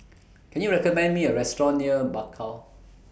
Can YOU recommend Me A Restaurant near Bakau